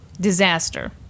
Disaster